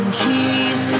keys